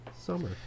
Summer